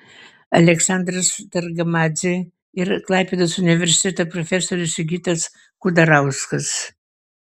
aleksandras targamadzė ir klaipėdos universiteto profesorius sigitas kudarauskas